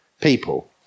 people